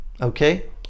okay